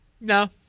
no